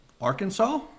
Arkansas